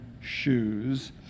shoes